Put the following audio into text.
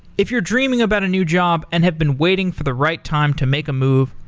if you're dreaming about a new job and have been waiting for the right time to make a move,